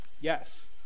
Yes